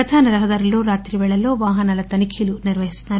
ప్రధానరహదారుల్లో రాత్రి పేళల్లో వాహనాల తనిఖీలు నిర్వహిస్తున్నారు